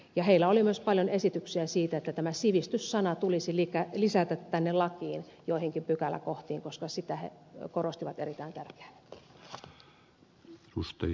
ja heillä oli myös paljon esityksiä siitä että tämä sivistys sana tulisi lisätä tänne lakiin joihinkin pykäläkohtiin koska sitä he korostivat erittäin tärkeänä